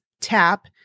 tap